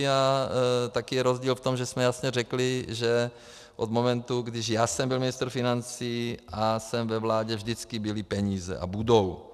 A taky je rozdíl v tom, že jsme jasně řekli, že od momentu, když já jsem byl ministr financí a jsem ve vládě, vždycky byly peníze a budou.